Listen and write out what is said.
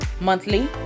Monthly